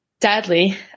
sadly